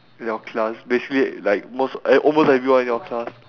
your class basically like most e~ almost everyone in your class